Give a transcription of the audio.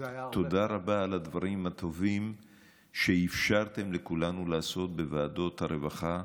תודה רבה על הדברים הטובים שאפשרתם לכולנו לעשות בוועדות הרווחה,